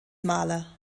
maler